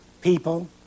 People